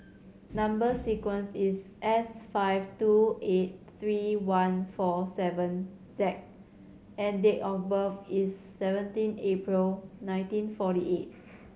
number sequence is S five two eight three one four seven Z and date of birth is seventeen April nineteen forty eight